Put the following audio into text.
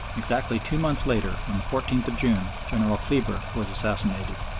exactly two months later, on the fourteenth of june, general kleber was assassinated.